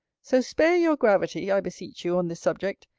so spare your gravity, i beseech you on this subject.